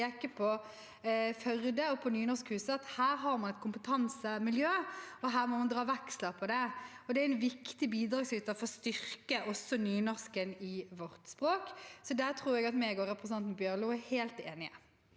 å peke på Førde og Nynorskhuset – at man her har et kompetansemiljø og må dra veksler på det. Det er en viktig bidragsyter for å styrke nynorsken i vårt språk. Der tror jeg at jeg og representanten Bjørlo er helt enig.